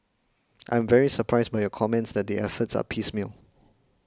I am very surprised by your comments that the efforts are piecemeal